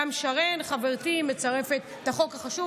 גם שרן, חברתי, מצרפת את החוק החשוב.